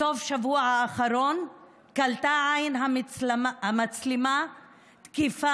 בסוף השבוע האחרון קלטה עין המצלמה תקיפה